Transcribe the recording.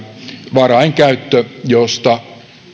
varainkäyttö josta